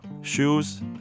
shoes